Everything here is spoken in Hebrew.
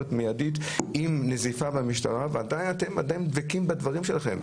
מיידית עם נזיפה למשטרה ואתם עדיין דבקים בדברים שלכם.